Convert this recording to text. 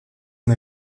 ein